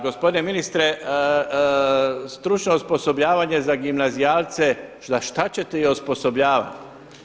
Gospodine ministre, stručno osposobljavanje za gimnazijalce, za šta ćete ih osposobljavati?